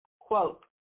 quote